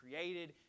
created